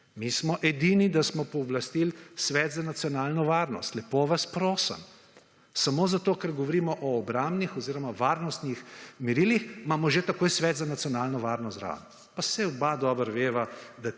Mi smo edini, da smo pooblastili svet za nacionalno varnost, lepo vas prosim?! Samo zato, ker govorimo o obrambnih oziroma varnostnih merilih imamo že takoj Svet za nacionalno varnost zraven. Pa saj oba dobro veva,